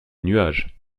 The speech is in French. nuages